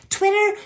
Twitter